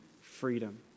freedom